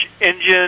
engine